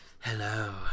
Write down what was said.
hello